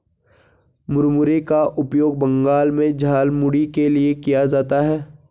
मुरमुरे का उपयोग बंगाल में झालमुड़ी के लिए किया जाता है